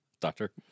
Doctor